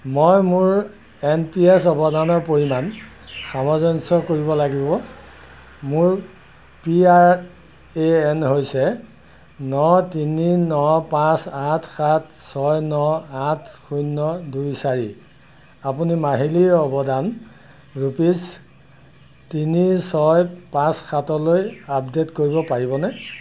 মই মোৰ N P S অৱদানৰ পৰিমাণ সামঞ্জস্য কৰিব লাগিব মোৰ পি আই এ এন হৈছে ন তিনি ন পাঁচ আঠ সাত ছয় ন আঠ শূন্য দুই চাৰি আপুনি মাহিলীৰ অৱদান ৰোপিছ তিনি ছয় পাঁচ সাতলৈ আপডেট কৰিব পাৰিবনে